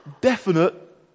definite